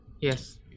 Yes